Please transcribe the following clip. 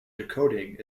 decoding